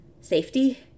Safety